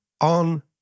on